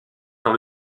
dans